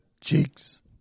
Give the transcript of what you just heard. Cheeks